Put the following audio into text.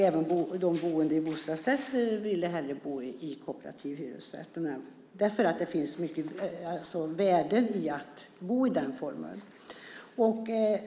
Även de boende i bostadsrätter ville hellre bo i kooperativ hyresrätt eftersom det finns så mycket värden i den boendeformen.